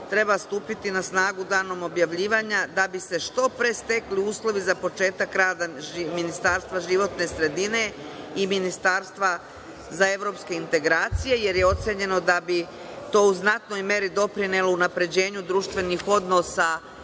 treba stupiti na snagu danom objavljivanja da bi se što pre stekli uslovi za početak rada ministarstva životne sredine i ministarstva za evropske integracije, jer je ocenjeno da bi to u znatnoj meri doprinelo unapređenju društvenih odnosa